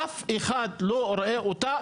שאף אחד לא רואה אותה,